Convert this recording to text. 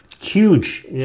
Huge